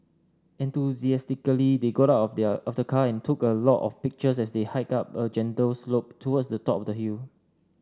enthusiastically they got out of their of the car and took a lot of pictures as they hiked up a gentle slope towards the top of the hill